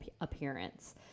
appearance